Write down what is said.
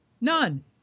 None